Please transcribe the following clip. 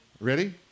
Ready